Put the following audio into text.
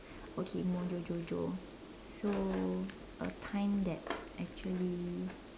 okay Mojojojo so a time that actually